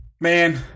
Man